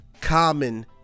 common